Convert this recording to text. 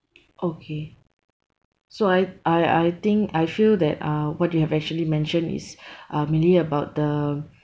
okay so I I I think I feel that uh what you have actually mentioned is uh mainly about the